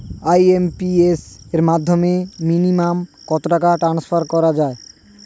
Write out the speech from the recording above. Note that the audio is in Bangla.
আই.এম.পি.এস এর মাধ্যমে মিনিমাম কত টাকা ট্রান্সফার করা যায়?